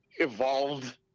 evolved